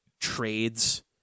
trades